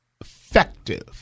effective